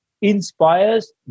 inspires